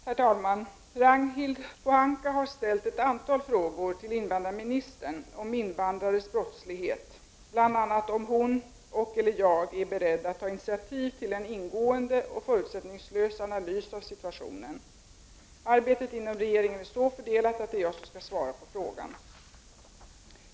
Herr talman! Ragnhild Pohanka har ställt ett antal frågor till invandrarministern om invandrares brottslighet, bl.a. om hon och/eller jag är beredd att ta initiativ till en ingående och förutsättningslös analys av situationen. Arbetet inom regeringen är så fördelat att det är jag som skall svara på frågan.